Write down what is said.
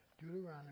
Deuteronomy